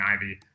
Ivy